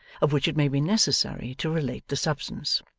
of which it may be necessary to relate the substance.